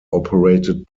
operated